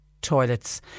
toilets